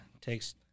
takes